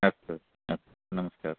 अस्तु अस्तु नमस्कारः